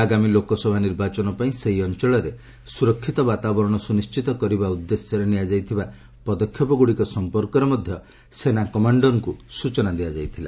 ଆଗାମୀ ଲୋକସଭା ନିର୍ବାଚନ ପାଇଁ ସେହି ଅଞ୍ଚଳରେ ସୁରକ୍ଷିତ ବାତାବରଣ ସୁନିଶ୍ଚିତ କରିବା ଉଦ୍ଦେଶ୍ୟରେ ନିଆଯାଇଥିବା ପଦକ୍ଷେପଗୁଡ଼ିକ ସଂପର୍କରେ ମଧ୍ୟ ସେନା କମାଣ୍ଡରଙ୍କୁ ସୂଚନା ଦିଆଯାଇଥିଲା